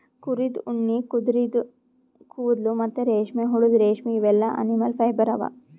ಕುರಿದ್ ಉಣ್ಣಿ ಕುದರಿದು ಕೂದಲ ಮತ್ತ್ ರೇಷ್ಮೆಹುಳದ್ ರೇಶ್ಮಿ ಇವೆಲ್ಲಾ ಅನಿಮಲ್ ಫೈಬರ್ ಅವಾ